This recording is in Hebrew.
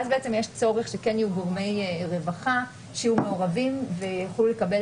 ואז יש צורך שיהיו גורמי רווחה שיהיו מעורבים ויוכלו לקבל